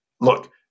look